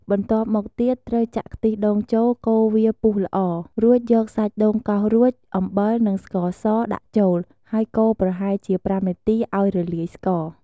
បន្ទាប់មកទៀតត្រូវចាក់ខ្ទិះដូងចូល កូរវាពុះល្អ រួចយកសាច់ដូងកោសរួច អំបិល និងស្ករសដាក់ចូល ហើយកូរប្រហែលជា ៥នាទីឱ្យរលាយស្ករ។